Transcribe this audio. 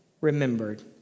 remembered